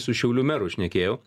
su šiaulių meru šnekėjau